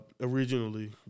originally